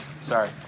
Sorry